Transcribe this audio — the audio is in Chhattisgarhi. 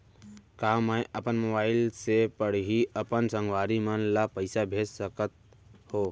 का मैं अपन मोबाइल से पड़ही अपन संगवारी मन ल पइसा भेज सकत हो?